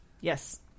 Yes